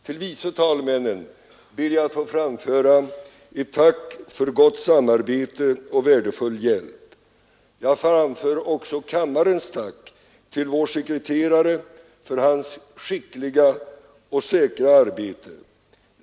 Till vice talmännen ber jag att få framföra ett tack för gott samarbete och värdefull hjälp. Jag framför också kammarens tack till vår sekreterare för hans skickliga och säkra arbete.